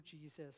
Jesus